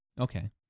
Okay